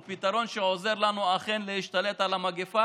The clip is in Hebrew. הוא פתרון שאכן עוזר לנו להשתלט על המגפה